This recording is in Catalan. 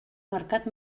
mercat